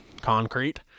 concrete